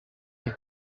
gihe